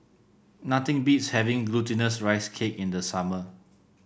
nothing beats having Glutinous Rice Cake in the summer